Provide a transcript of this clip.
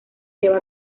lleva